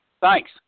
Thanks